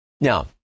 Now